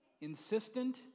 insistent